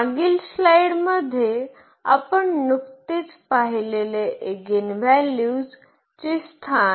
मागील स्लाइडमध्ये आपण नुकतेच पाहिलेलं एगिनॅव्हल्यूज चे स्थान